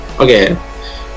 Okay